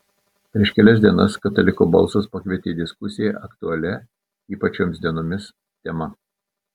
prieš kelias dienas kataliko balsas pakvietė į diskusiją aktualia ypač šiomis dienomis tema